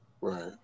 Right